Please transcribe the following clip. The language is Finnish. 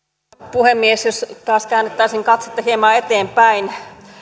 puhemies jos taas käännettäisiin katsetta hieman eteenpäin